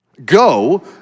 Go